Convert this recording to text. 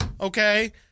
Okay